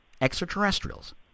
extraterrestrials